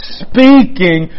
speaking